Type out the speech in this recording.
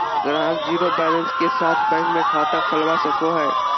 ग्राहक zero balance के साथ बैंक मे खाता खोलवा सको हय